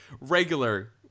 regular